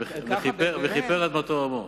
ככה זה הולך,